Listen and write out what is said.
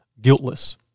guiltless